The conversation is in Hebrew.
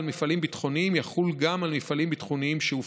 מפעלים ביטחוניים יחול גם על מפעלים ביטחוניים שהופרטו.